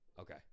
okay